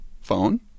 phone